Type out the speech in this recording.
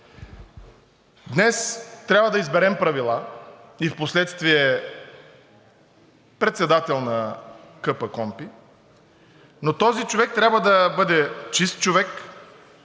Днес трябва да изберем правила и впоследствие председател на КПКОНПИ, но този човек трябва да бъде чист човек,